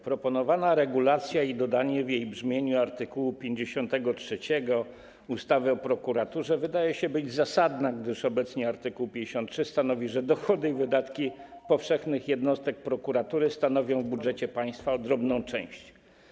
Proponowana regulacja, dodanie w tym brzmieniu art. 53 ustawy o prokuraturze wydaje się zasadne, gdyż obecnie art. 53 stanowi, że dochody i wydatki powszechnych jednostek prokuratury stanowią w budżecie państwa drobną część.